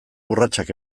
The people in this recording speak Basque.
urratsak